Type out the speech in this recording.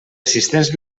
assistents